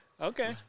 Okay